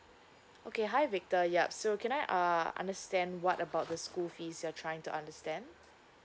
okay hi victor yup so can I uh understand what about the school fees you are trying to understand